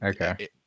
Okay